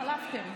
לא